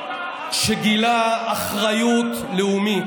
שגילה אחריות לאומית,